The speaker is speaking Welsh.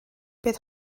bydd